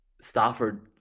Stafford